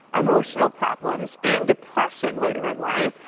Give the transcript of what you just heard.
emotional problems, and depression later in life.